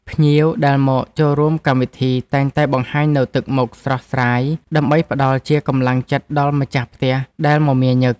ភ្ញៀវដែលមកចូលរួមកម្មវិធីតែងតែបង្ហាញនូវទឹកមុខស្រស់ស្រាយដើម្បីផ្តល់ជាកម្លាំងចិត្តដល់ម្ចាស់ផ្ទះដែលមមាញឹក។